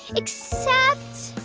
except